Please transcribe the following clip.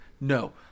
No